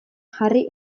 jarri